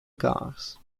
cars